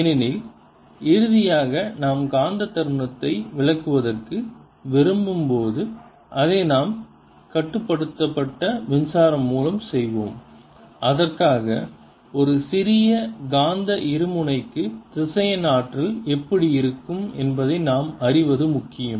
ஏனெனில் இறுதியாக நாம் காந்த தருணத்தை விளக்குவதற்கு விரும்பும்போது அதை நாம் கட்டுப்படுத்தப்பட்ட மின்சாரம் மூலம் செய்வோம் அதற்காக ஒரு சிறிய காந்த இருமுனைக்கு திசையன் ஆற்றல் எப்படி இருக்கும் என்பதை நாம் அறிவது முக்கியம்